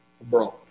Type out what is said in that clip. abroad